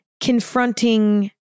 confronting